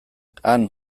han